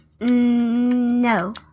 No